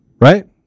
Right